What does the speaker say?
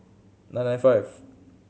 nine nine five